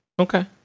Okay